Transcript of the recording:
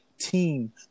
team